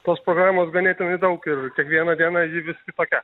tos programos ganėtinai daug ir kiekvieną dieną ji vis kitokia